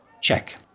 Check